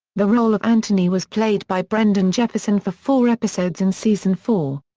the role of anthony was played by brenden jefferson for four episodes in season four.